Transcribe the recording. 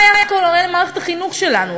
מה היה קורה למערכת החינוך שלנו,